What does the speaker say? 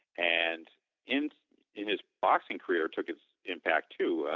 and in in his boxing career, it took its impact too.